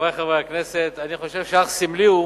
חברי חברי הכנסת, אני חושב שאך סמלי הוא